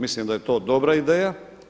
Mislim da je to dobra ideja.